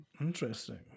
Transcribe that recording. Interesting